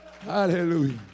Hallelujah